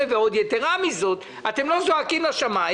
המטרה שלנו היא לשלב אותם